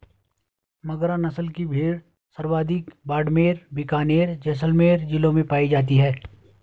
मगरा नस्ल की भेड़ सर्वाधिक बाड़मेर, बीकानेर, जैसलमेर जिलों में पाई जाती है